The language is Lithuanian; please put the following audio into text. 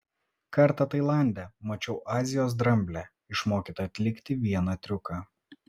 kartą tailande mačiau azijos dramblę išmokytą atlikti vieną triuką